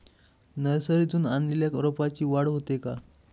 नर्सरीतून आणलेल्या रोपाची वाढ होते का?